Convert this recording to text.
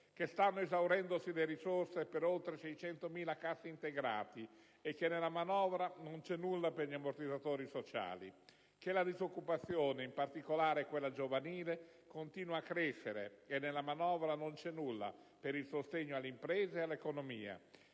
che stanno esaurendosi le risorse per gli oltre 600.000 cassaintegrati e che nella manovra non c'è nulla per gli ammortizzatori sociali; che la disoccupazione, in particolare quella giovanile, continua a crescere e nella manovra non c'è nulla per il sostegno alle imprese e all'economia;